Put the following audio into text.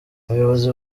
abayobozi